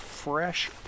fresh